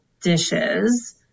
dishes